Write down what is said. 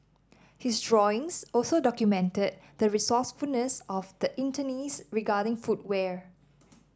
his drawings also documented the resourcefulness of the internees regarding footwear